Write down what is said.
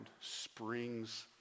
springs